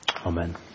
Amen